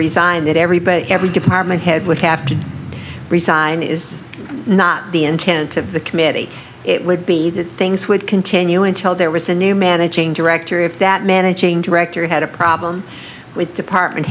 resign that everybody every department head would have to resign is not the intent of the committee it would be that things would continue until there was a new managing director if that managing director had a problem with department